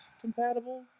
compatible